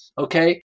Okay